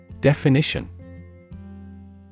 Definition